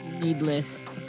needless